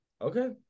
Okay